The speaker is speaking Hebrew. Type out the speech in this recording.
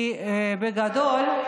כי בגדול,